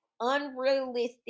unrealistic